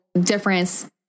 difference